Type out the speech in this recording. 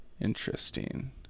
Interesting